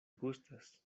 gustas